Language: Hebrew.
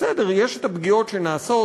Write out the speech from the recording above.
בסדר, יש הפגיעות שנעשות